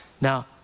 Now